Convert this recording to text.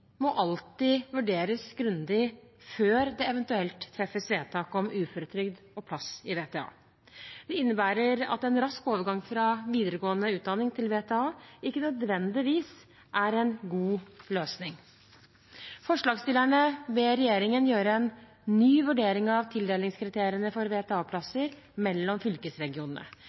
må alltid vurderes grundig før det eventuelt treffes vedtak om uføretrygd og plass i VTA. Det innebærer at en rask overgang fra videregående utdanning til VTA ikke nødvendigvis er en god løsning. Forslagsstillerne ber regjeringen gjøre en ny vurdering av tildelingskriteriene for VTA-plasser mellom fylkesregionene.